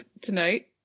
tonight